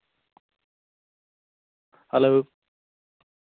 hello